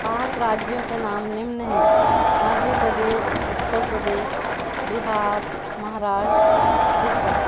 पाँच राज्यों के नाम निम्न है मध्य प्रदेश उत्तर प्रदेश बिहार महाराष्ट्र छत्तीसगढ़